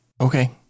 Okay